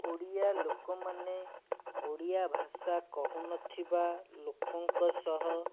ଓଡ଼ିଆ ଲୋକମାନେ ଓଡ଼ିଆ ଭାଷା କହୁନଥିବା ଲୋକଙ୍କ ସହ